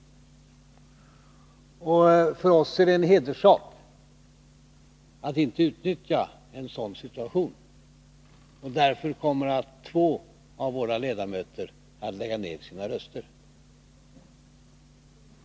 För oss är det en hedersak att inte utnyttja en sådan situation. Därför kommer två av våra ledamöter att lägga ned sina röster.